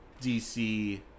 DC